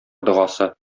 догасы